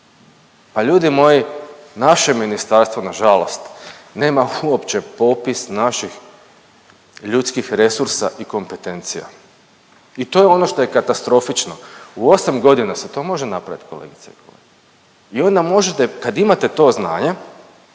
Pa ljudi moji, naše ministarstvo nažalost nema uopće popis naših ljudskih resursa i kompetencija i to je ono što je katastrofično. U 8.g. se to može napravit kolegice i kolege i onda možete kad imate to znanje,